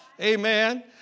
Amen